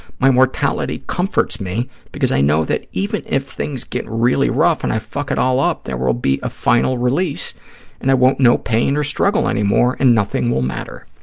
my mortality comforts me because i know that even if things get really rough and i fuck it all up there will be a final release and i won't know pain or struggle anymore and nothing will matter.